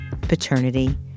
paternity